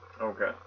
Okay